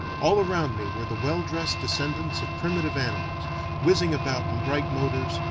all around me were the well-dressed descendants of primitive animals, whizzing about in bright motors,